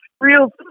Real